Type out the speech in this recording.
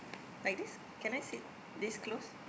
like this can I sit this close